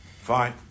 Fine